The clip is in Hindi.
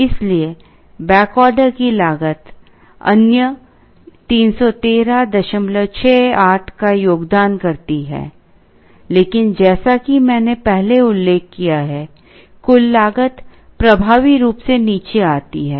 इसलिए बैक ऑर्डर की लागत अन्य 31368 का योगदान करती है लेकिन जैसा कि मैंने पहले उल्लेख किया है कुल लागत प्रभावी रूप से नीचे आती है